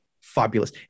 fabulous